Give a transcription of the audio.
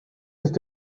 ist